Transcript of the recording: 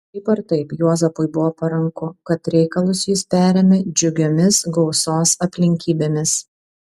šiaip ar taip juozapui buvo paranku kad reikalus jis perėmė džiugiomis gausos aplinkybėmis